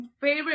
favorite